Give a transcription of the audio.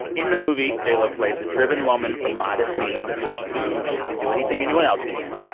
in the movie, j lo plays a driven woman from modest means who proves she can do anything anyone else can,